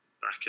back